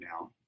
now